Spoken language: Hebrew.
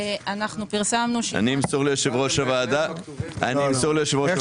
אני אמסור ליושב-ראש הוועדה, והוא יעביר.